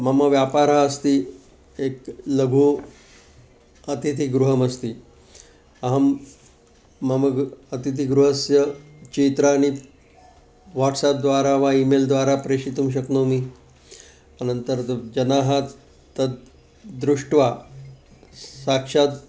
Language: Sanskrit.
मम व्यापारः अस्ति एकं लघु अतिथिगृहम् अस्ति अहं मम गृ अतिथिगृहस्य चित्राणि वाट्साप्द्वारा वा इमेल्द्वारा प्रेषितुं शक्नोमि अनन्तरं जनाः तद् दृष्ट्वा साक्षात्